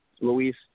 Luis